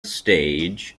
stage